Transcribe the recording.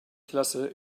klasse